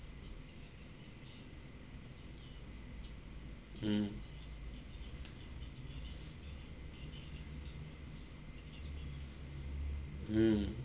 mmhmm mm